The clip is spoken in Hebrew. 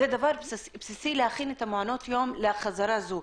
זה דבר בסיסי להכין את מעונות היום לחזרה זו.